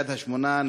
יד-השמונה,